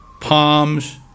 palms